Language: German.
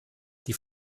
die